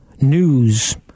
news